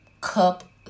cup